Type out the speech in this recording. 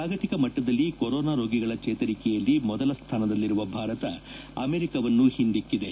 ಜಾಗತಿಕ ಮಟ್ಲದಲ್ಲಿ ಕೊರೋನಾ ರೋಗಿಗಳು ಚೇತರಿಕೆಯಲ್ಲಿ ಮೊದಲ ಸ್ಥಾನದಲ್ಲಿರುವ ಭಾರತ ಅಮೆರಿಕವನ್ನು ಹಿಂದಿಕ್ಕಿದೆ